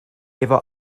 efo